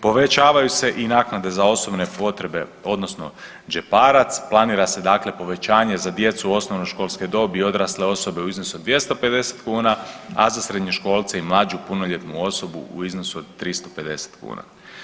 Povećavaju se i naknade za osobne potrebe, odnosno džeparac, planira se dakle povećanje za djecu osnovnoškolske dobi odrasle osobe za u iznosu od 250 kuna, a za srednjoškolce i mlađu punoljetnu osobu u iznosu od 350 kuna.